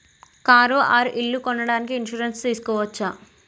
Car or ఇల్లు కొనడానికి insurance తీస్కోవచ్చా?